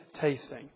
tasting